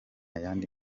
yandi